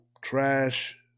Trash